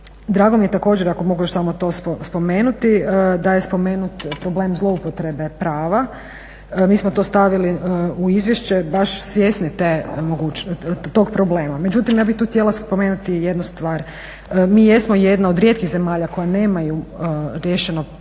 Drago mi je također ako još mogu samo to spomenuti da je spomenut problem zloupotrebe prava, mi smo to stavili u izvješće baš svjesni tog problema. Međutim ja bih tu htjela spomenuti jednu stvar, mi jesmo jedna od rijetkih zemalja koje nemaju riješeno pitanje